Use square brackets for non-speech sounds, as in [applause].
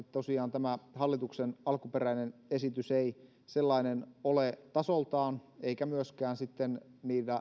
[unintelligible] tosiaan valitettavasti tämä hallituksen alkuperäinen esitys ei sellainen ole tasoltaan eikä myöskään sitten